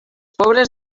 pobres